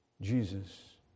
Jesus